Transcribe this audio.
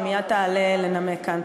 שמייד תעלה לנמק כאן,